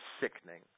sickening